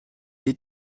des